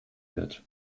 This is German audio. wird